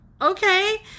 okay